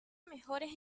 mejores